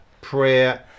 prayer